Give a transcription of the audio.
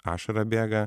ašara bėga